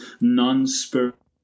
non-spiritual